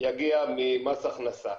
יגיע ממס הכנסה.